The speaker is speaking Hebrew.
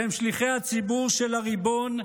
שהם שליחי הציבור של הריבון,